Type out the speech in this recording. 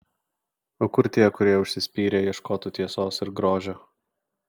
o kur tie kurie užsispyrę ieškotų tiesos ir grožio